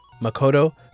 Makoto